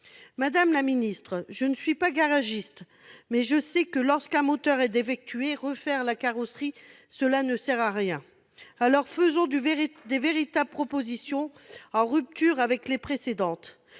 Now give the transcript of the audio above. Madame la secrétaire d'État, je ne suis pas garagiste, mais je sais que, lorsqu'un moteur est défectueux, refaire la carrosserie ne sert à rien ! Alors, faisons de véritables propositions, en rupture avec les précédentes.